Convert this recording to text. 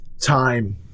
Time